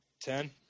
Ten